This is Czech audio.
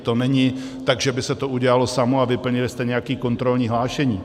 To není tak, že by se to udělalo samo a vyplnili jste nějaké kontrolní hlášení.